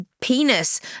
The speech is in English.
penis